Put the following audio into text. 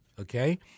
okay